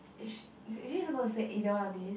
is is she suppose to say either one of these